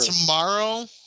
tomorrow